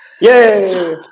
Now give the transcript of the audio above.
Yay